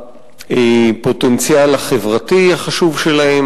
הפוטנציאל החברתי החשוב שלהם,